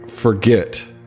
forget